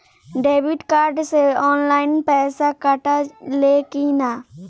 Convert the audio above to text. Debit card से online पैसा कटा ले कि ना?